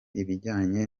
ibijyanye